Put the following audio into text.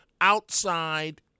outside